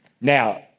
Now